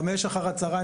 ב-17:00 אחר הצוהריים,